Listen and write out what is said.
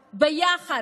ביחד,